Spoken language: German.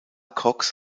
cox